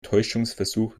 täuschungsversuch